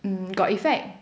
mm got effect